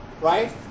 right